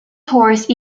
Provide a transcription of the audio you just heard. tourist